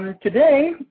Today